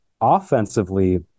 Offensively